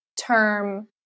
term